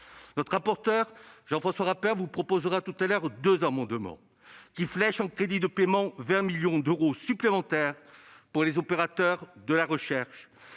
Notre rapporteur, Jean-François Rapin, vous proposera tout à l'heure deux amendements qui tendent à flécher en crédits de paiement 20 millions d'euros supplémentaires pour les opérateurs de la recherche